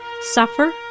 suffer